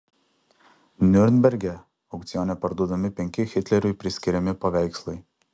niurnberge aukcione parduodami penki hitleriui priskiriami paveikslai